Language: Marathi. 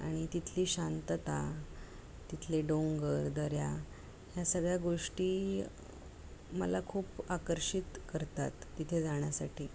आणि तिथली शांतता तिथले डोंगर दऱ्या ह्या सगळ्या गोष्टी मला खूप आकर्षित करतात तिथे जाण्यासाठी